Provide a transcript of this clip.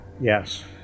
Yes